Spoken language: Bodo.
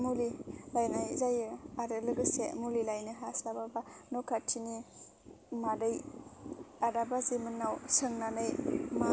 मुलि लायनाय जायो आरो लोगोसे मुलि लायनो हास्लाबाबा न' खाथिनि मादै आदा बाजैमोननाव सोंनानै मा